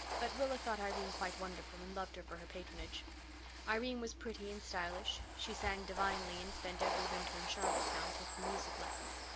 but rilla thought irene quite wonderful and loved her for her patronage irene was pretty and stylish she sang divinely and spent every winter in charlottetown taking music lessons.